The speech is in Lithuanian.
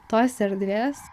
tos erdvės